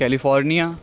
California